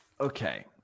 okay